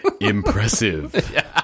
Impressive